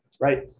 right